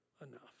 enough